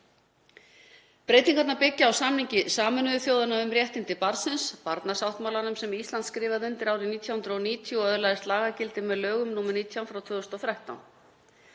Breytingarnar byggja á samningi Sameinuðu þjóðanna um réttindi barnsins, barnasáttmálanum, sem Ísland skrifaði undir árið 1990 og öðlaðist lagagildi með lögum nr. 19/2013.